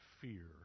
fear